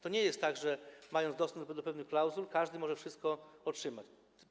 To nie jest tak, że mając dostęp do pewnych klauzul, każdy może wszystko otrzymać.